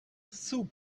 soup